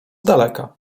daleka